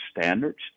standards